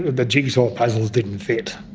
the jigsaw puzzles didn't fit.